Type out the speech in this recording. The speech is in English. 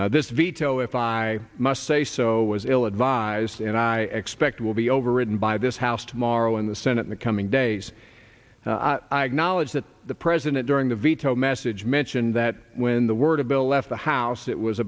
this veto if i must say so was ill advised and i expect will be overridden by this house tomorrow in the senate in the coming days knowledge that the president during the veto message mentioned that when the word of bill left the house it was